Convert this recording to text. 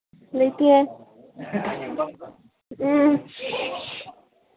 ꯂꯩꯇꯤꯌꯦ ꯎꯝ